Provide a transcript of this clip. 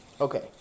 Okay